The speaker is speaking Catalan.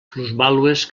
plusvàlues